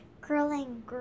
curling